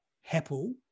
Heppel